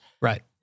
Right